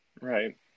Right